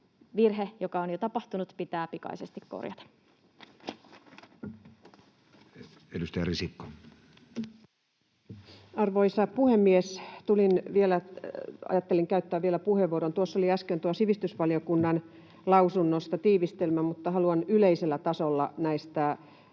virhe, joka on jo tapahtunut, pitää pikaisesti korjata. Edustaja Risikko. Arvoisa puhemies! Ajattelin käyttää vielä puheenvuoron. Tuossa oli äsken sivistysvaliokunnan lausunnosta tiivistelmä, mutta haluan yleisellä tasolla näistä määräaikaisista